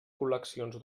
col·leccions